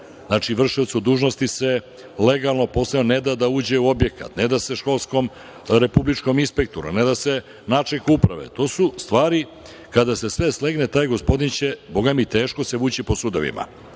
znači vršiocu dužnosti se legalno posao ne da uđe u objekat, ne da se školskom republikom inspektoru, ne da se načelniku uprave. Kada se sve slegne, taj gospodin će bogami teško se vući po sudovima.